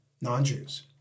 non-Jews